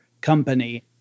company